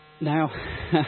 now